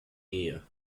gehe